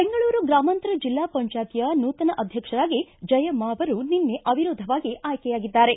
ಬೆಂಗಳೂರು ಗ್ರಾಮಾಂತರ ಜೆಲ್ಲಾ ಪಂಚಾಯಿತಿಯ ನೂತನ ಅಧ್ಯಕ್ಷರಾಗಿ ಜಯಮ್ಮ ಅವರು ನಿನ್ನೆ ಅವಿರೋಧವಾಗಿ ಆಯ್ಕೆಯಾಗಿದ್ದಾರೆ